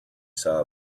saw